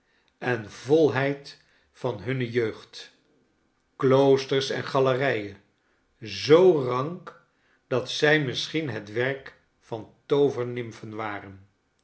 en volheid van hunne jeugd kloosters en galerijen zoo rank dat zij misschien het werk van toovernimfen waren